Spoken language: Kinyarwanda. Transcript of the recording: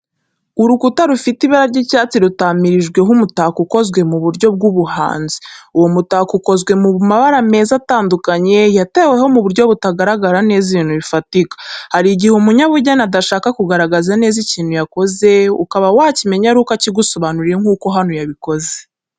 Urukuta rufite ibara ry’icyatsi rutamirijwe umutako ukoze mu buryo bw’ubuhanzi. Uwo mutako ukozwe mu mabara meza atandukanye yateweho mu buryo butagaragaza ibintu bifatika. Hari igihe umunyabugeni adashaka kugaragaza neza ikintu yakoze, ukaba wakimenya aruko akigusobanuriye nk'uko hano yabikoze.